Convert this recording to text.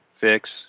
fix